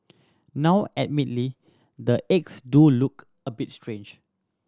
now admittedly the eggs do look a bit strange